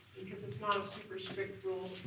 because it's not a super strict rule,